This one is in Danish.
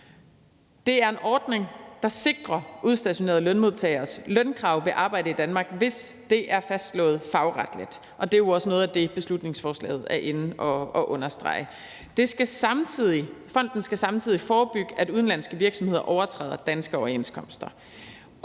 Det er en ordning, der sikrer udstationerede lønmodtageres lønkrav ved arbejde i Danmark, hvis det er fastslået fagretligt. Det er jo også noget af det, beslutningsforslaget er inde at understrege. Fonden skal samtidig forebygge, at udenlandske virksomheder overtræder danske overenskomster.